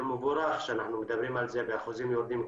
מבורך שאנחנו מדברים על זה והאחוזים יורדים,